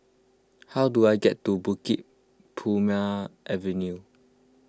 how do I get to Bukit Purmei Avenue